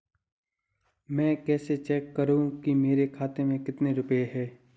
मैं कैसे चेक करूं कि मेरे खाते में कितने रुपए हैं?